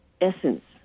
essence